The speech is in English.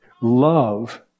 love